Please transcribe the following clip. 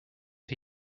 who